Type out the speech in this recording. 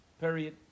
Period